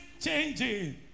changing